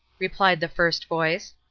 replied the first voice.